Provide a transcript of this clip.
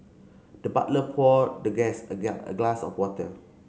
the butler poured the guest a a glass of water